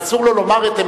אסור לו לומר את,